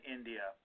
India